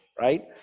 right